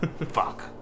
Fuck